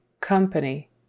COMPANY